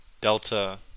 delta